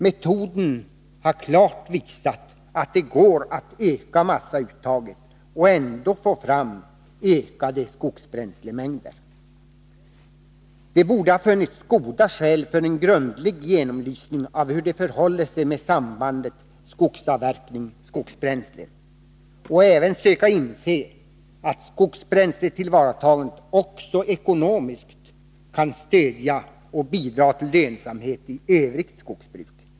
Metoden har klart visat att det går att öka massauttaget och ändå få fram ökade skogsbränslemängder. Det borde ha funnits goda skäl för en grundlig genomlysning av hur det förhåller sig med sambandet skogsavverkning-skogsbränsle, och även för att söka inse att skogsbränsletillvaratagandet också ekonomiskt kan stödja Övrigt skogsbruk och bidra till lönsamhet.